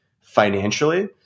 financially